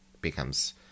becomes